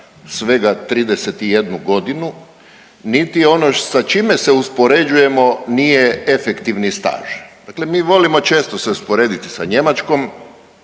svega 31.g., niti je ono sa čime se uspoređujemo nije efektivni staž, dakle mi volimo često se usporediti sa Njemačkom,